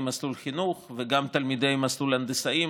מסלול חינוך וגם תלמידי מסלול הנדסאים,